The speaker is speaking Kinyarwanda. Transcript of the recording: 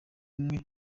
umwe